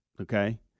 Okay